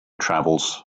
travels